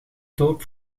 tolk